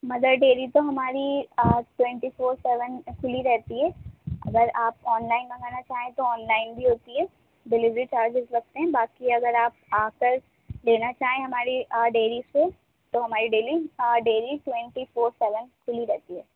مگر ڈیری تو ہماری ٹوونٹی فور سیون کھلی رہتی ہے اگر آپ آن لائن منگانا چاہیں تو آن لائن بھی ہوتی ہے ڈلیوری چارجیز لگتے ہیں باقی اگر آپ آ کر لینا چاہیں ہماری ڈیری سے تو ہماری daily dairy twenty four seven کھلی رہتی ہے